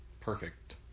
perfect